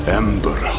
ember